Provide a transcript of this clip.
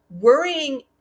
worrying